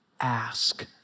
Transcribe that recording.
ask